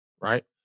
right